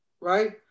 Right